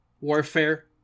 Warfare